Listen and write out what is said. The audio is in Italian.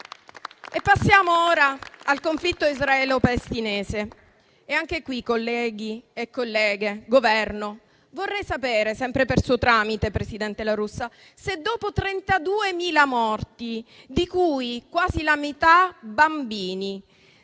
Passiamo ora al conflitto israelo-palestinese e anche qui, colleghi e colleghe, Governo, vorrei sapere, sempre per suo tramite, presidente La Russa, se dopo 32.000 morti, di cui quasi la metà bambini,